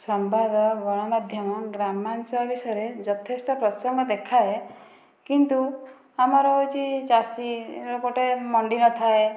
ସମ୍ବାଦ ଗଣମାଧ୍ୟମ ଗ୍ରାମାଞ୍ଚଳ ବିଷୟରେ ଯଥେଷ୍ଟ ପ୍ରସଙ୍ଗ ଦେଖାଏ କିନ୍ତୁ ଆମର ହେଉଛି ଚାଷୀ ଗୋଟିଏ ମଣ୍ଡି ନଥାଏ